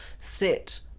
sit